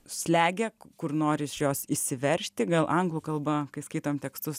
slegia kur nori iš jos išsiveržti gal anglų kalba kai skaitom tekstus